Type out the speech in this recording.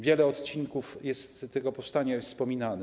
Wiele odcinków jest z tego powstania wspominanych.